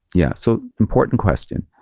yeah. so, important question.